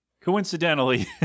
coincidentally